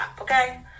okay